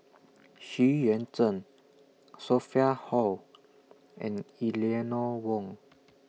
Xu Yuan Zhen Sophia Hull and Eleanor Wong